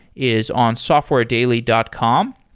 is on softwaredaily dot com.